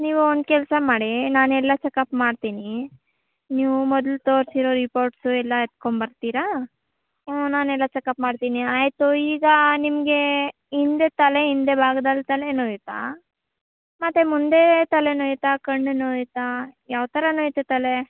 ನೀವು ಒಂದು ಕೆಲಸ ಮಾಡಿ ನಾನೆಲ್ಲ ಚಕಪ್ ಮಾಡ್ತೀನಿ ನೀವು ಮೊದ್ಲು ತೋರ್ಸಿರೊ ರಿಪೋರ್ಟ್ಸು ಎಲ್ಲ ಎತ್ಕೊಂಡ್ ಬರ್ತೀರಾ ಹ್ಞೂ ನಾನೆಲ್ಲ ಚಕಪ್ ಮಾಡ್ತೀನಿ ಆಯಿತು ಈಗ ನಿಮಗೆ ಹಿಂದೆ ತಲೆ ಹಿಂದೆ ಬಾಗದಲ್ಲಿ ತಲೆ ನೋಯುತ್ತಾ ಮತ್ತು ಮುಂದೆ ತಲೆ ನೋಯುತ್ತಾ ಕಣ್ಣು ನೋಯುತ್ತಾ ಯಾವ ಥರ ನೋಯುತ್ತೆ ತಲೆ